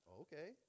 Okay